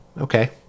Okay